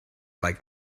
like